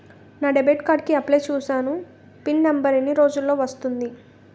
నా debit card కి apply చూసాను పిన్ నంబర్ ఎన్ని రోజుల్లో వస్తుంది?